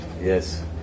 Yes